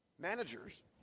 managers